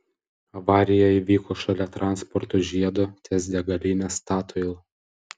avarija įvyko šalia transporto žiedo ties degaline statoil